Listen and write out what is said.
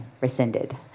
rescinded